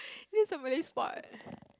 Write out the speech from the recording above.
this is a Malay sport